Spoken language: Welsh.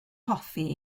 hoffi